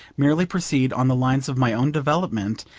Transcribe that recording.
merely proceed on the lines of my own development,